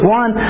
one